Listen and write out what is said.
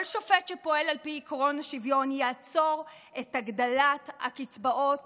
כל שופט שפועל על פי עקרון השוויון יעצור את הגדלת הקצבאות